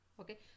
okay